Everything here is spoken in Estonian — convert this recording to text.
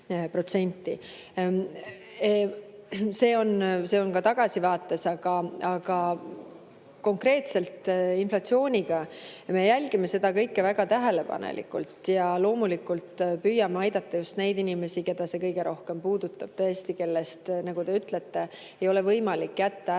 See on tagasivaates, aga konkreetselt inflatsiooni [kulgu] me jälgime väga tähelepanelikult. Ja loomulikult me püüame aidata just neid inimesi, keda see kõige rohkem puudutab, kellel, nagu te ütlete, ei ole võimalik jätta ära